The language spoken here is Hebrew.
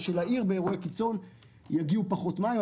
שבאירועי קיצון יגיעו לעיר פחות מים.